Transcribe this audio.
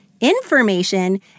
information